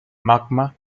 magma